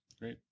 Great